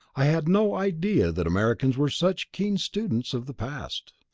i had no idea that americans were such keen students of the past.